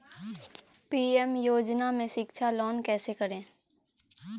PM योजना में शिक्षा लोन कैसे करें?